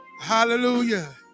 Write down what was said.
Hallelujah